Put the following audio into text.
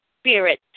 spirit